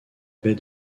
baie